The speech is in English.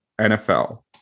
NFL